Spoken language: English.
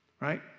right